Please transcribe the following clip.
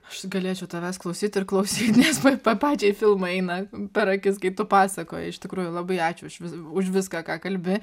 aš galėčiau tavęs klausyt ir klausyt nes man pačiai filmai eina per akis kai tu pasakoji iš tikrųjų labai ačiū išvis už viską ką kalbi